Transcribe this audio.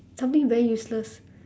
something very useless